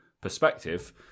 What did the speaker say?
perspective